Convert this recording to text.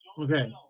Okay